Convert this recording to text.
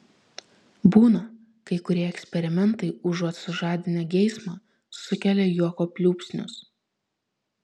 būna kai kurie eksperimentai užuot sužadinę geismą sukelia juoko pliūpsnius